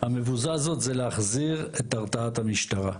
המבוזה הזאת, זה להחזיר את ההרתעת המשטרה,